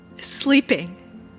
sleeping